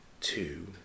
two